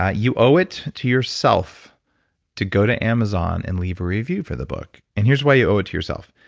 ah you owe it to yourself to go to amazon and leave a review for the book and here's why you owe it to yourself,